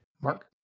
mark